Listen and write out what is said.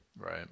Right